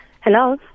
Hello